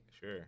Sure